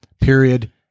Period